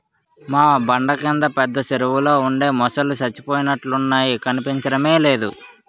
మా బండ కింద పెద్ద చెరువులో ఉండే మొసల్లు సచ్చిపోయినట్లున్నాయి కనిపించడమే లేదు